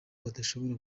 badashobora